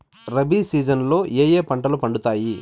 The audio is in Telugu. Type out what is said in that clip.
రబి సీజన్ లో ఏ ఏ పంటలు పండుతాయి